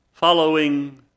following